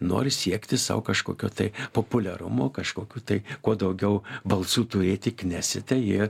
nori siekti sau kažkokio tai populiarumo kažkokių tai kuo daugiau balsų turėti knesite jie